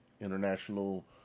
international